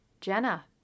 Jenna